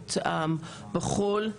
בעיתונות בחו"ל.